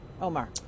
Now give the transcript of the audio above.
Omar